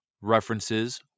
references